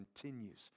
continues